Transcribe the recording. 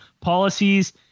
policies